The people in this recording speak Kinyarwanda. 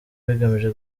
bigamije